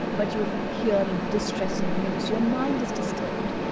but you hear and distressing news. your mind is disturbed.